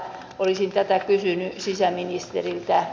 olisin tätä kysynyt sisäministeriltä